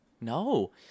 No